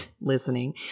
listening